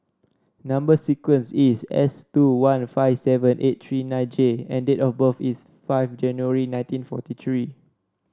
number sequence is S two one five seven eight three nine J and date of birth is five January nineteen forty three